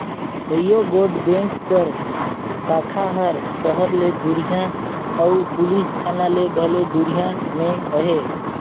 कइयो गोट बेंक कर साखा हर सहर ले दुरिहां अउ पुलिस थाना ले घलो दुरिहां में अहे